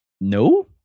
No